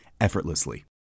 effortlessly